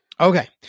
Okay